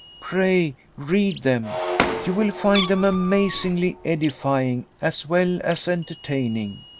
pray, read them you will find them amazingly edifying, as well as entertaining.